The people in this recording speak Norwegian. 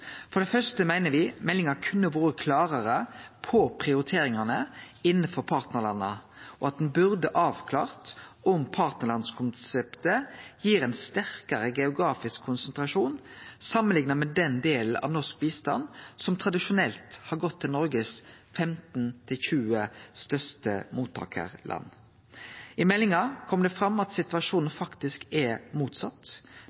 For det første meiner me at meldinga kunne vore klarare på prioriteringane innanfor partnarlanda, og at ho burde avklart om partnarlandskonseptet gir ein sterkare geografisk konsentrasjon samanlikna med den delen av norsk bistand som tradisjonelt har gått til Noregs 15–20 største mottakarland. I meldinga kjem det fram at situasjonen